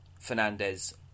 Fernandez